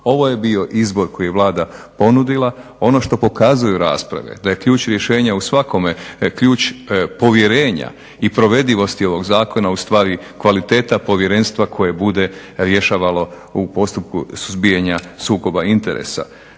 Ovo je bio izbor koji je Vlada ponudila. Ono što pokazuju rasprave da je ključ rješenja u svakome, da je ključ povjerenja i provedivosti ovog zakona ustvari kvaliteta povjerenstva koje bude rješavalo u postupku suzbijanja sukoba interesa.